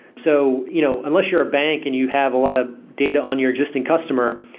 so you know unless you're a bank and you have a lot of data on your existing customer,